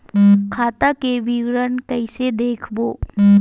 खाता के विवरण कइसे देखबो?